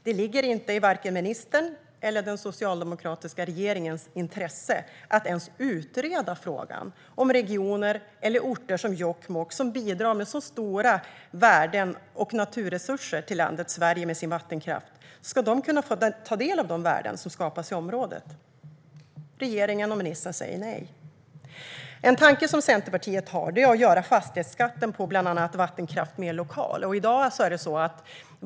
Det ligger varken i ministerns eller den socialdemokratiska regeringens intresse att ens utreda frågan om att regioner eller orter som Jokkmokk, som bidrar med så stora värden till landet Sverige med sin vattenkraft, ska kunna få en del av de värden som skapas i området. Regeringen och ministern säger nej. En tanke som Centerpartiet har är att göra fastighetsskatten på bland annat vattenkraft mer lokal.